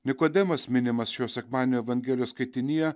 nikodemas minimas šio sekmadienio evangelijos skaitinyje